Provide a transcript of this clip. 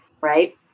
right